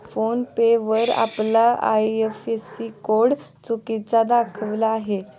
phone पे वर आपला IFSC code चुकीचा दाखविला आहे